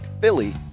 Philly